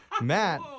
Matt